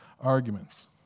arguments